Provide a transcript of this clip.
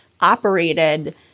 operated